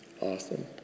Awesome